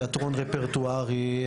תיאטרון רפרטוארי,